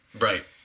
Right